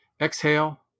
Exhale